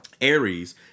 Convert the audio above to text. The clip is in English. Aries